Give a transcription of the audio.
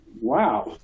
wow